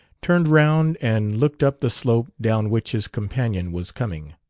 turned round and looked up the slope down which his companion was coming.